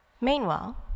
Meanwhile